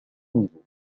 niveaux